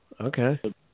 Okay